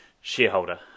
shareholder